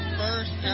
first